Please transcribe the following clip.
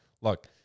look